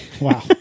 wow